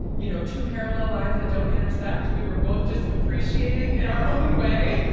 you know, two parallel lines that don't intersect. we were both just appreciating in our own way,